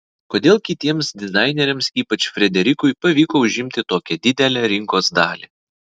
kodėl kitiems dizaineriams ypač frederikui pavyko užimti tokią didelę rinkos dalį